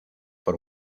por